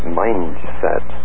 mindset